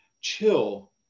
chill